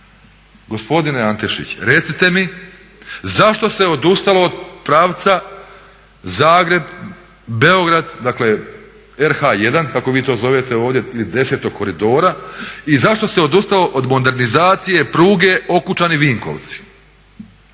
Gospodine Antešić, recite mi zašto se odustalo od pravca Zagreb – Beograd, dakle RH1 kako vi to zovete ovdje ili desetog koridora i zašto se odustalo od modernizacije pruge Okučani – Vinkovci,